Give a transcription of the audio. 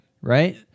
right